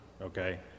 okay